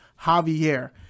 Javier